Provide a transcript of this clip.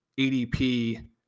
ADP